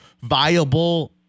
viable